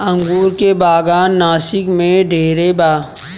अंगूर के बागान नासिक में ढेरे बा